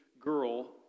girl